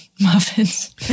muffins